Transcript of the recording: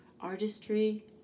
artistry